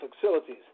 facilities